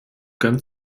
gönnt